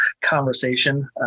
conversation